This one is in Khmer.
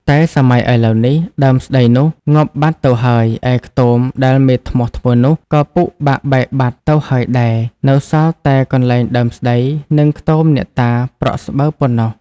តែសម័យឥឡូវនេះ ដើមស្តីនោះ ងាប់បាត់ទៅហើយ ឯខ្ទម ដែលមេធ្នស់ធ្វើនោះ ក៏ពុកបាក់បែកបាត់ ទៅហើយដែរ នៅសល់តែកន្លែងដើមស្តី និងខ្ទមអ្នកតាប្រក់ស្បូវប៉ុណ្ណោះ។